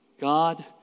God